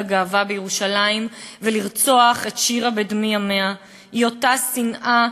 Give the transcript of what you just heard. הגאווה בירושלים ולרצוח את שירה בדמי ימיה היא אותה שנאה